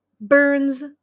burns